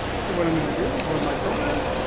so what i'm going to do, is run my program.